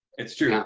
it's true. yeah